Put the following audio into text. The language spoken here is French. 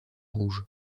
rouge